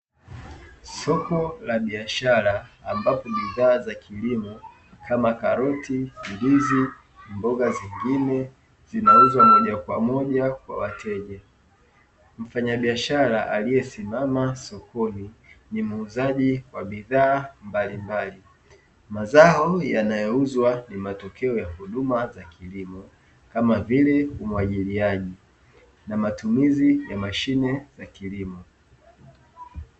Soko la biashara ambapo bidhaa za kilimo kama: karoti, ndizi, mboga zingine zinauzwa moja kwa moja kwa wateja, mfanyabiashara aliyesimama sokoni ni muuzaji wa bidhaa mbalimbali. Mazao yanayouzwa ni matokeo ya huduma za kilimo kama vile umwagiliaji na matumizi ya mashine za kilimo.